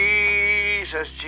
Jesus